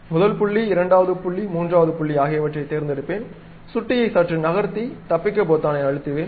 முதல் புள்ளி இரண்டாவது புள்ளி மூன்றாவது புள்ளி ஆகியவற்றைத் தேர்ந்தெடுப்பேன் சுட்டியை சற்று நகர்த்தி தப்பிக்க பொத்தானை அழுத்துவேன்